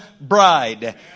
bride